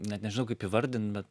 net nežinau kaip įvardint bet